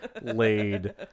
Laid